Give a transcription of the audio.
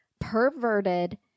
perverted